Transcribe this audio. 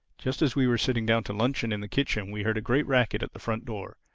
just as we were sitting down to luncheon in the kitchen we heard a great racket at the front door.